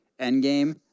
Endgame